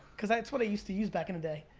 cause that's what i used to use back in the day.